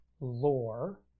lore